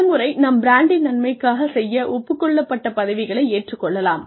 பல முறை நாம் பிராண்டின் நன்மைக்காக செய்ய ஒப்புக்கொள்ளப்பட்ட பதவிகளை ஏற்றுக்கொள்ளலாம்